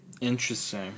Interesting